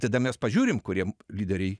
tada mes pažiūrim kurie lyderiai